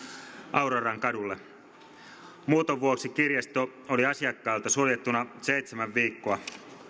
aurorankadulle muuton vuoksi kirjasto oli asiakkailta suljettuna seitsemän viikkoa